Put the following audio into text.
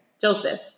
Joseph